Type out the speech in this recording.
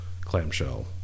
clamshell